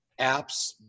apps